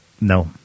no